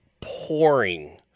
pouring